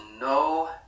no